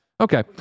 Okay